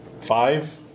Five